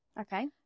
Okay